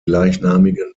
gleichnamigen